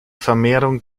vermehrung